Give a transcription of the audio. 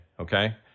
Okay